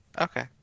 Okay